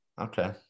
Okay